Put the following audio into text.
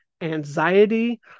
anxiety